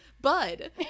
Bud